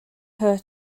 her